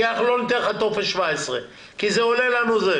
כי לא ניתן לך טופס 17 כי זה עולה לנו'.